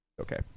okay